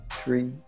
Three